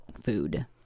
food